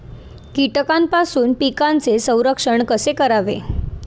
कीटकांपासून पिकांचे संरक्षण कसे करावे?